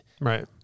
Right